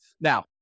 Now